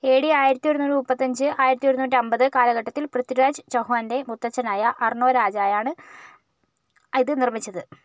ഏ ഡി ആയിരത്തി ഒരുന്നൂറ്റി മുപ്പത്തഞ്ച് ആയിരത്തി ഒരുന്നൂറ്റി അമ്പത് കാലഘട്ടത്തിൽ പൃഥ്വിരാജ് ചൗഹാൻ്റെ മുത്തച്ഛനായ അർണോ രാജയാണ് ഇത് നിർമ്മിച്ചത്